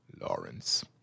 Lawrence